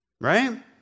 right